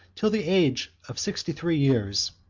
till the age of sixty-three years,